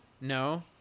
No